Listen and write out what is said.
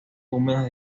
húmedas